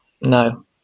no